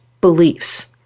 beliefs